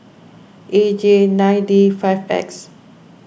A J nine D five X